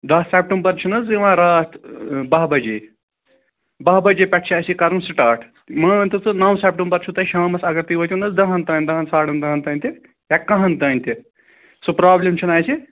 دَہ سٮ۪پٹَمبَر چھُنہٕ حظ یِوان راتھ بَہہ بَجے بَہہ بَجے پٮ۪ٹھ چھِ اَسہِ یہِ کَرُن سِٹاٹ مان تہٕ ژٕ نَو سٮ۪پٹَمبَر چھُو تۄہہِ شامَس اگر تُہۍ وٲتِو نہٕ حظ دَہن تام دہن ساڑَن دَہن تام تہِ یا کَہَن تام تہِ سۄ پرٛابلم چھَنہٕ اَسہِ